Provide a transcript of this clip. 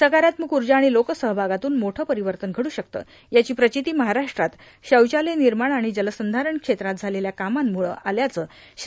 सकारात्मक ऊर्जा आणि लोकसहभागातून मोठे परिवर्तन घडू शकते याची प्रचिती महाराष्ट्रात शौचालय निर्माण आणि जलसंघारण क्षेत्रात झालेल्या कामांमुळं आल्याचं श्री